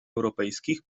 europejskich